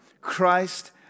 Christ